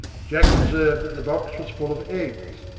jack observed that the box was full of eggs,